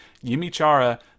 Yimichara